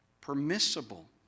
permissible